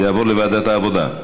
זה יעבור לוועדת העבודה.